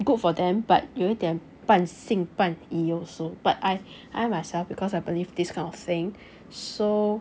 good for them but 有一点半信半疑 also but I I myself because I believe this kind of thing so